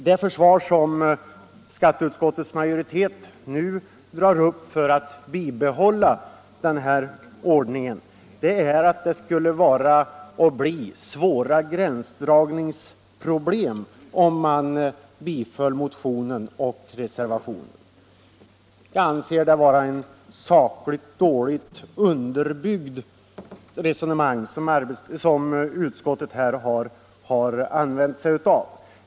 Det försvar som skatteutskottets majoritet nu drar upp för att bibehålla den nuvarande ordningen är att det skulle bli svåra gränsdragningsproblem om man biföll motionen och reservationen. Jag anser det vara ett sakligt dåligt underbyggt resonemang som utskottet här har använt sig av.